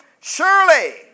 surely